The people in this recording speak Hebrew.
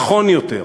נכון יותר,